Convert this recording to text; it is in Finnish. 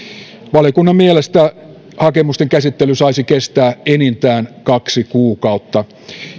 valiokunnan mielestä hakemusten käsittely saisi kestää enintään kaksi kuukautta